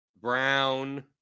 Brown